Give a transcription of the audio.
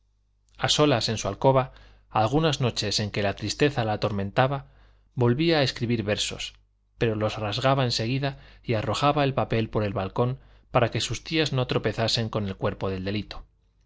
a solas en su alcoba algunas noches en que la tristeza la atormentaba volvía a escribir versos pero los rasgaba en seguida y arrojaba el papel por el balcón para que sus tías no tropezasen con el cuerpo del delito